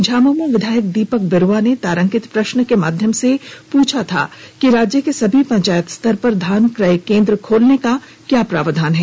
झामुमो विधायक दीपक बिरूआ ने तारांकित प्रश्न के माध्यम से पूछा था कि राज्य के सभी पंचायत स्तर पर धान क्रय केंद्र खोलने का क्या क्या प्रावधान है